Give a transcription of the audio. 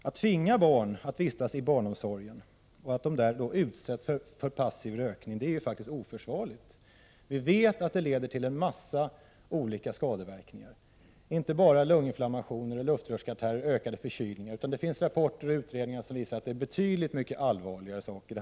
Att tvinga barn att vistas i en barnomsorg där de utsätts för passiv rökning är oförsvarligt. Vi vet att detta leder till en mängd skadeverkningar, inte bara lunginflammationer, luftrörskatarrer och ett ökat antal förkylningar, utan det finns rapporter och utredningar som visar att det handlar om betydligt allvarligare saker.